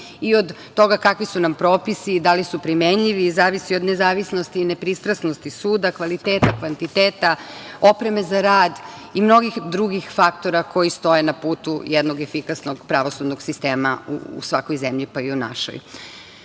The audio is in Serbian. i od toga kakvi su nam propisi i da li su primenjivi, zavisi od nezavisnosti i nepristrasnosti suda, kvaliteta, kvantiteta, opreme za rad i mnogih drugih faktora koji stoje na putu jednog efikasnog pravosudnog sistema u svakoj zemlji, pa i u našoj. Na